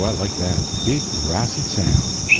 yeah like that big brassy sound.